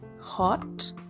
hot